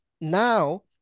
now